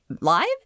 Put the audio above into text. live